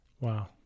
Wow